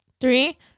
Three